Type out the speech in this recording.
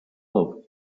love